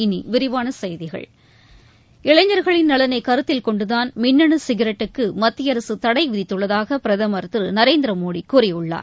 இனி விரிவான செய்திகள் இளைஞர்களின் நலனை கருத்தில் கொண்டுதான் மின்னு சிகரெட்டுக்கு மத்திய அரசு தடைவிதித்துள்ளதாக பிரதமர் திரு நரேந்திர மோடி கூறியுள்ளார்